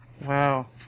Wow